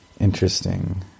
Interesting